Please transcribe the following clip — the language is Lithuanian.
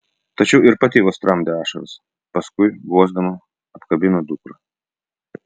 tačiau ir pati vos tramdė ašaras paskui guosdama apkabino dukrą